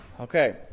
Okay